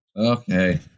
Okay